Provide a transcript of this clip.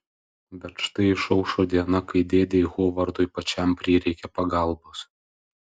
bet štai išaušo diena kai dėdei hovardui pačiam prireikia pagalbos